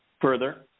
Further